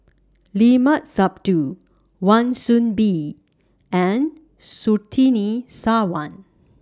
Limat Sabtu Wan Soon Bee and Surtini Sarwan